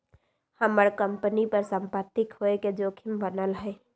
हम्मर कंपनी पर सम्पत्ति खोये के जोखिम बनल हई